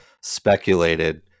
speculated